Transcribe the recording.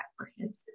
apprehensive